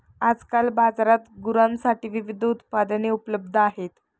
आजकाल बाजारात गुरांसाठी विविध उत्पादने उपलब्ध आहेत